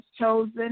chosen